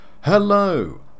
Hello